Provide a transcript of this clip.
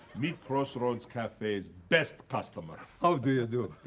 meet crossroads cafe's best customer. how do you do?